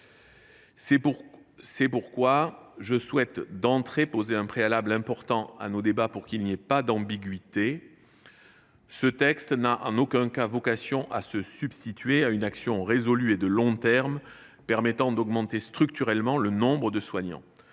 C’est pourquoi je souhaite d’emblée poser un préalable important à nos débats pour qu’il n’y ait pas d’ambiguïtés : ce texte n’a en aucun cas vocation à se substituer à une action résolue et de long terme visant à augmenter structurellement le nombre de soignants.